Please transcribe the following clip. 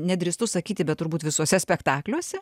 nedrįstu sakyti bet turbūt visuose spektakliuose